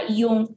yung